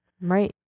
Right